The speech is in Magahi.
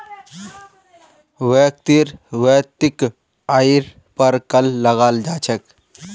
व्यक्तिर वैयक्तिक आइर पर कर लगाल जा छेक